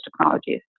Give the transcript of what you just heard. technologies